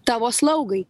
tavo slaugai